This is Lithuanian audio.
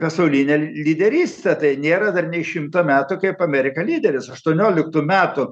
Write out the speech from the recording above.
pasaulinę lyderystę tai nėra dar nei šimto metų kaip amerika lyderis aštuonioliktų metų